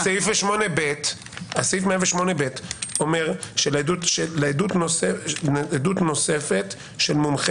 סעיף 108ב אומר שעדות נוספת של מומחה